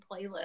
playlist